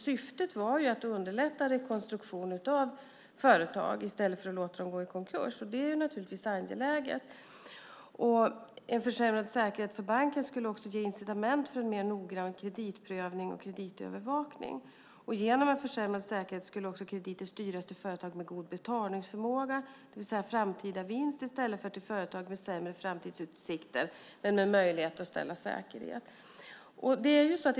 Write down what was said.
Syftet var att underlätta rekonstruktion av företag i stället för att låta dem gå i konkurs, vilket naturligtvis är angeläget. En försämrad säkerhet för banken skulle också ge incitament för en mer noggrann kreditprövning och kreditövervakning. Genom en försämrad säkerhet skulle dessutom krediten styras till företag med god betalningsförmåga, det vill säga framtida vinst, i stället för till företag med sämre framtidsutsikter men med möjlighet att ställa säkerhet.